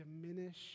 diminish